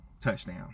touchdown